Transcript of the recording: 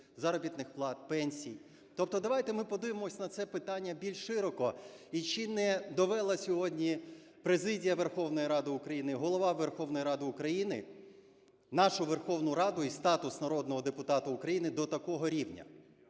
заробітних плат, пенсій? Тобто давайте ми подивимось на це питання більш широко. І чи не довела сьогодні Президія Верховної Ради України, Голова Верховної Ради України нашу Верховну Раду і статус народного депутата України до такого рівня?